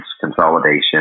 consolidation